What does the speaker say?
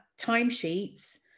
timesheets